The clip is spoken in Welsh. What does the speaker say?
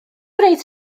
gwneud